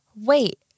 Wait